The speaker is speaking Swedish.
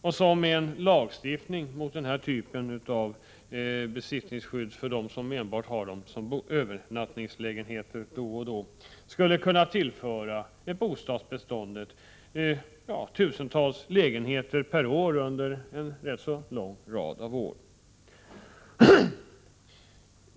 Genom en lagstiftning mot ett besittningsskydd som innebär att man kan ha dessa lägenheter som enbart övernattningslägenheter skulle man kunna tillföra bostadsbeståndet tusentals lägenheter per år under en lång rad av år.